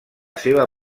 seva